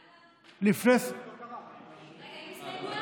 לפני, יאללה, רגע, אין הסתייגויות?